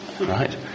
right